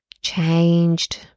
changed